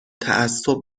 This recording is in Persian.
تعصب